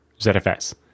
ZFS